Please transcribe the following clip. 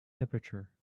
temperature